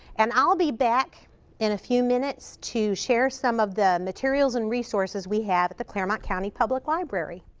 and i'll be back in a few minutes to share some of the materials and resources we have at the clermont county public library.